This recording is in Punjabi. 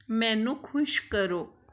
ਮੈਨੂੰ ਖੁਸ਼ ਕਰੋ